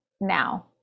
now